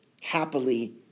happily